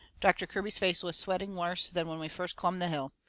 doctor kirby's face was sweating worse than when we first clumb the hill.